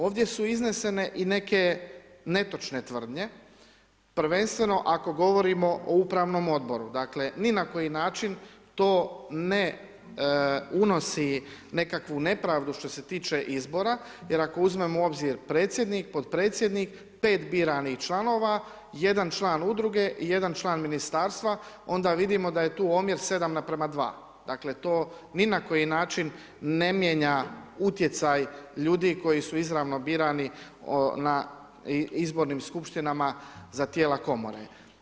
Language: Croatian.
Ovdje su iznesene i neke netočne tvrdnje, prvenstveno ako govorimo o upravnom odboru, dakle ni na koji način to ne unosi nekakvu nepravdu što se tiče izbora jer ako uzmemo u obzir predsjednik, potpredsjednik, 5 biranih članova, 1 član udruge i 1 član ministarstva, onda vidimo da je tu omjer 7:2, dakle to ni na koji način ne mijenja utjecaj ljudi koji su izravno birani na izbornim skupštinama za tijela komore.